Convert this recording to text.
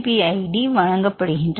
B ID வழங்கப்படுகின்றன